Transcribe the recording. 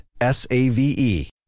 S-A-V-E